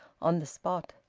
on the spot.